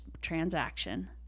transaction